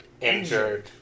injured